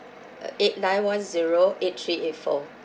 uh eight nine one zero eight three eight four